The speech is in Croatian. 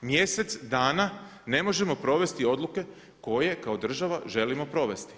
mjesec dana ne možemo provesti odluke koje kao država želimo provesti.